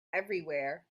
everywhere